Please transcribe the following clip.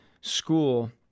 school